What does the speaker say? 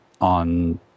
on